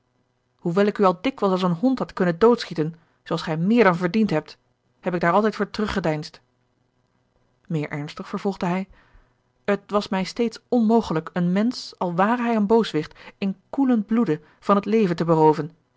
hoewel ik u al dikwijls als een hond had kunnen doodschieten zoo als gij meer dan verdiend hebt heb ik daar altijd voor teruggedeinsd meer ernstig vervolgde hij het was mij steeds onmogelijk een mensch al ware hij een booswicht in koelen bloede van het leven te berooven